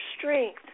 strength